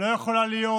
לא יכולה להיות,